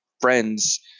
friends –